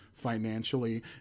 Financially